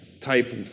type